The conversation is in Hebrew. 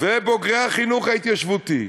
ובוגרי החינוך ההתיישבותי,